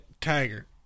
tiger